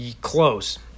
Close